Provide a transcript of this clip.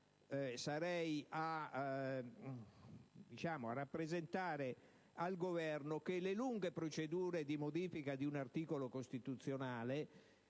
sarei a rappresentare al Governo che le lunghe procedure di modifica di un articolo costituzionale